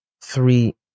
three